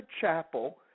chapel